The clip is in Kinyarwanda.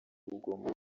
rugomo